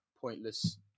pointless